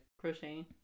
crocheting